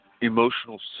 emotional